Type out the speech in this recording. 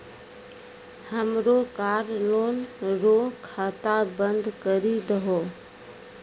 हमरो car loan रो खाता बंद करी दहो